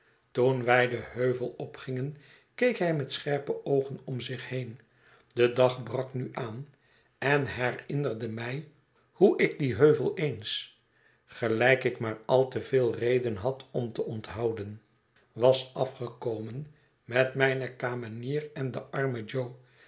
toen wij den heuvel opgingen keek hij met scherpe oogen om zich heen de dag brak nu aan en herinnerde mij hoe ik dien heuvel eens gelijk ik maar al te veel reden had om te onthouden was afgekomen met mijne kamenier en den armen jo